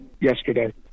yesterday